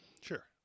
Sure